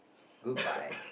goodbye